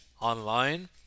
online